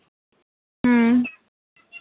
ᱦᱮᱸ